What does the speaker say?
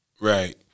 Right